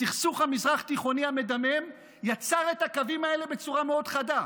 הסכסוך המזרח תיכוני המדמם יצר את הקווים האלה בצורה מאוד חדה.